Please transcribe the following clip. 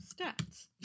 stats